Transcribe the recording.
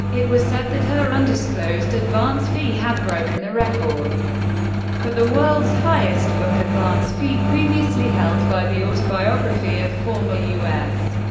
it was said that her undisclosed advance fee had broken the record for the world's highest book advance fee, previously held by the autobiography of former u s.